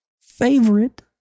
favorite